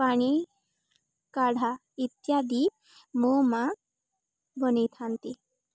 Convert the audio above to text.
ପାଣି କାଢ଼ା ଇତ୍ୟାଦି ମୋ ମାଁ ବନାଇଥାନ୍ତି